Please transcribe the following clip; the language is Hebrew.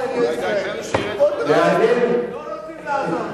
לא רוצים לעזור,